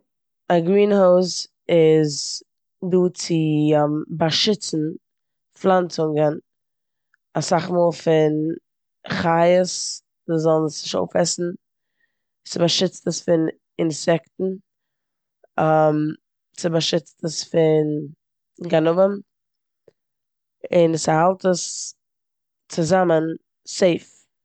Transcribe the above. א גרינהויז איז דא צו באשיצן פלאנצונגן אסאך מאך פון חיות וואס זאלן עס נישט אויפעסן, ס'באשיצט עס פון אינסעקטן, ס'באשיצט עס פון גנבים און ס'האלט עס צוזאמען סעיף.